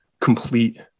complete